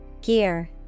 Gear